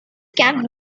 camp